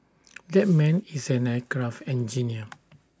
that man is an aircraft engineer